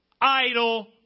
idle